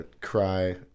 cry